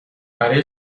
برای